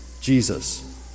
Jesus